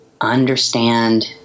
understand